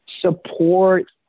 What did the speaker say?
Support